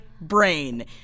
brain